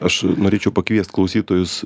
aš norėčiau pakviest klausytojus